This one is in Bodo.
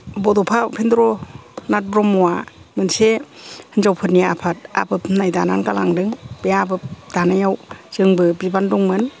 बड'फा उपेन्द्र नाथ ब्रह्मवा मोनसे हिनजावफोरनि आफात आबोफ होन्नाय दानानै गालांदों बे आबोफ दानायाव जोंबो बिबान दंमोन